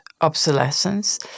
obsolescence